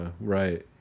right